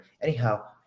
Anyhow